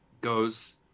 Goes